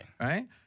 Right